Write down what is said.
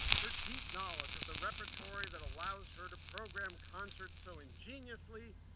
her deep knowledge of the repertoire that allows her to program concerts so ingeniously,